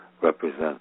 represent